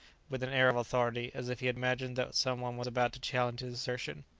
with an air of authority, as if he imagined that some one was about to challenge his assertion.